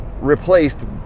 replaced